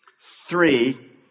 Three